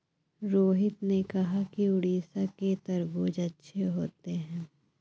रोहित ने कहा कि उड़ीसा के तरबूज़ अच्छे होते हैं